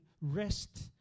rest